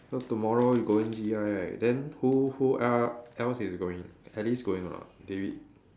so tomorrow you going G_I right then who who uh else is going Alice going or not David